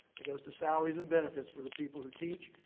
it goes to salaries and benefits for the people who teach,